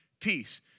Peace